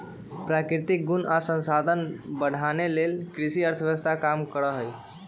प्राकृतिक गुण आ संसाधन बढ़ाने लेल कृषि अर्थव्यवस्था काम करहइ